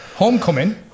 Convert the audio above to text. Homecoming